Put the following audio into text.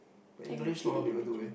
but English not a lot of people do eh